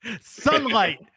Sunlight